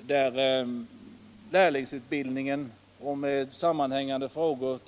om översyn av lärlingsutbildningen och därmed sammanhängande frågor.